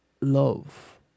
love